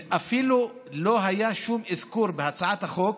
אפילו לא היה שום אזכור בהצעת החוק,